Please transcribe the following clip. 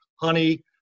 honey